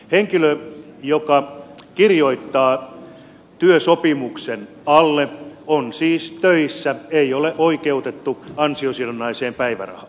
henkilö joka kirjoittaa työsopimuksen alle on siis töissä eikä ole oikeutettu ansiosidonnaiseen päivärahaan